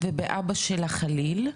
ובאבא שלה ח'ליל.